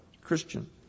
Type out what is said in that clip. Christian